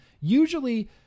Usually